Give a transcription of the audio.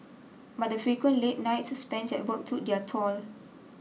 but the frequent late nights spent at work took their toll